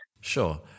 Sure